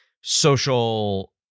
social –